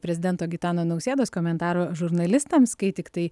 prezidento gitano nausėdos komentaro žurnalistams kai tiktai